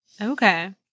Okay